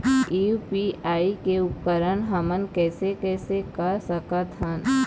UPI के उपयोग हमन कैसे कैसे कर सकत हन?